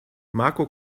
marco